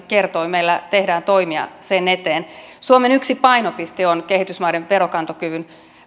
kertoi meillä tehdään toimia sen eteen suomen yksi painopiste on kehitysmaiden veronkantokyvyn